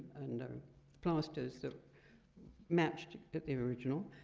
and plasters that matched the original.